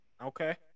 Okay